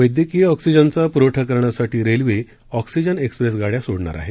वैद्यकीय ऑक्सीजनचा पूरवठा करण्यासाठी रेल्वे ऑक्सीजन एक्सप्रेस गाड्या सोडणार आहे